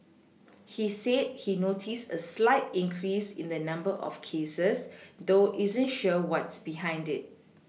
he said he's noticed a slight increase in the number of cases though isn't sure what's behind it